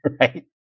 Right